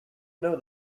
know